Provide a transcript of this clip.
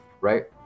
right